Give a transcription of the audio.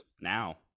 now